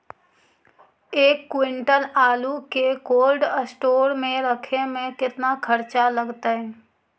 एक क्विंटल आलू के कोल्ड अस्टोर मे रखे मे केतना खरचा लगतइ?